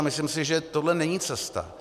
Myslím si, že tohle není cesta.